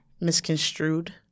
misconstrued